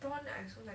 prawn